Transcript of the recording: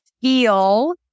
feel